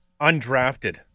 undrafted